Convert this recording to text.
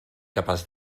capaç